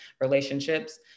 relationships